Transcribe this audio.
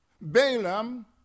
Balaam